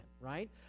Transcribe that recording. right